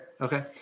okay